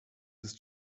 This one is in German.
ist